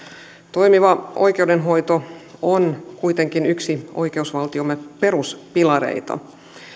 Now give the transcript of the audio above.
toimiva oikeudenhoito on kuitenkin yksi oikeusvaltiomme peruspilareita